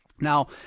Now